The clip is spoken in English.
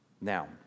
Now